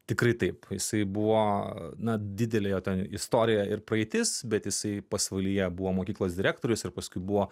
tikrai taip jisai buvo na didelė jo ten istorija ir praeitis bet jisai pasvalyje buvo mokyklos direktorius ir paskui buvo